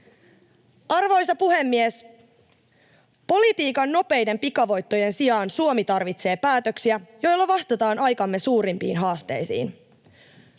Arvoisa puhemies! Politiikan nopeiden pikavoittojen sijaan Suomi tarvitsee päätöksiä, joilla vastataan aikamme suurimpiin haasteisiin.